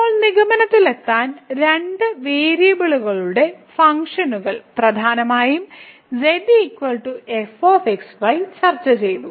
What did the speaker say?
ഇപ്പോൾ നിഗമനത്തിലെത്താൻ രണ്ട് വേരിയബിളുകളുടെ ഫംഗ്ഷനുകൾ പ്രധാനമായും z fx y ചർച്ചചെയ്തു